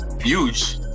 huge